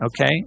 okay